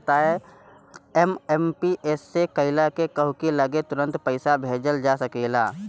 IMPS से कइला से कहू की लगे तुरंते पईसा भेजल जा सकेला